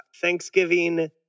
Thanksgiving